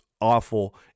awful